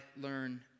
learn